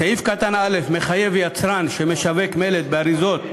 סעיף קטן (א) מחייב יצרן שמשווק מלט באריזות,